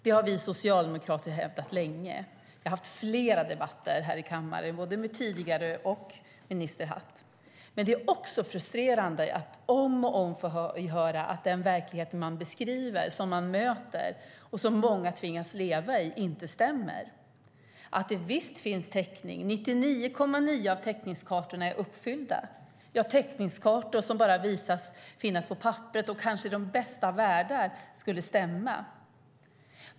Det har vi socialdemokrater hävdat länge. Jag har haft flera debatter här i kammaren både tidigare och med minister Hatt. Det är också frustrerande att om och om igen få höra att den verklighet som man beskriver, som man möter och som många tvingas leva i inte stämmer och att det visst finns täckning. 99,9 av täckningskartorna är uppfyllda. Ja, det är täckningskartor som bara visar sig finnas på papperet och som kanske i de bästa av världar skulle stämma.